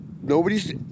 Nobody's